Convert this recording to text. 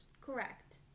Correct